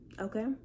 okay